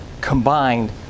Combined